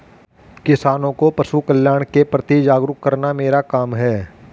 किसानों को पशुकल्याण के प्रति जागरूक करना मेरा काम है